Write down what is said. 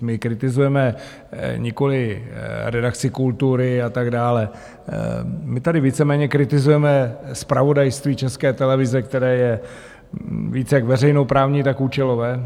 My kritizujeme nikoliv redakci kultury a tak dále, my tady víceméně kritizujeme zpravodajství České televize, které je víc jak veřejnoprávní, tak účelové.